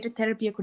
therapy